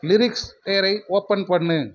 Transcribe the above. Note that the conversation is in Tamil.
லிரிக்ஸ் பேரை ஓப்பன் பண்ணு